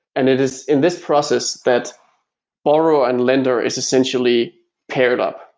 and it is in this process that borrower and lender is essentially paired up,